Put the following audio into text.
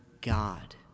God